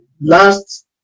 last